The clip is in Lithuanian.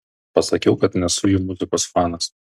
pasakiau kad nesu jų muzikos fanas